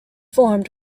formed